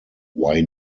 why